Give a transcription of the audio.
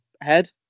head